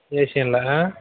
ஏஷியனில் ஆ